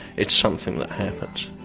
it's something that happens.